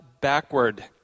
backward